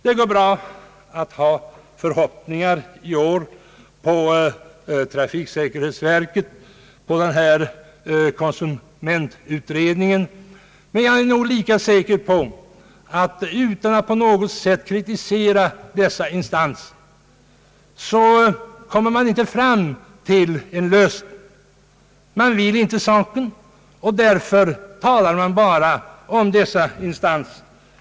Det går bra att i år ha förhoppningar på trafiksäkerhetsverket och på konsumentutredningen. Men utan att på något sätt kritisera dessa instanser är jag säker på att man inte kommer fram till någon lösning på den vägen. Man vill inte diskutera saken, och därför talar utskottet bara om dessa instanser.